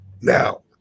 Now